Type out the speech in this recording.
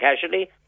casually